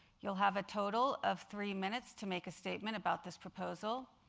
you'll have a total of three minutes to make a statement about this proposal.